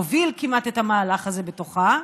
מוביל את המהלך הזה בתוכה,